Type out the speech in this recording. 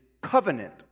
covenant